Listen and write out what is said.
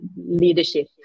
Leadership